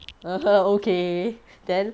okay then